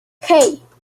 hey